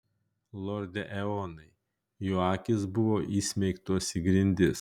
lorde eonai jo akys buvo įsmeigtos į grindis